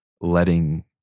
letting